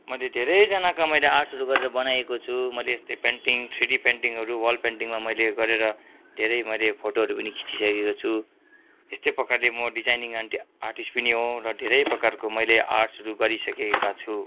मैले धेरैजनाको मैले आर्ट्सहरू गरेर बनाएको छु मैले यस्तै पेन्टिङ थ्री डी पेन्टिङहरू वाल पेन्टिङमा मैले गरेर धेरै मैले फोटोहरू पनि खिचिसकेको छु यस्तै प्रकारले म डिजाइनिङ आन्ट आर्टिस्ट पनि हुँ र धेरै प्रकारको मैले आर्ट्सहरू गरिसकेको छु